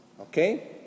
Okay